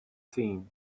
seen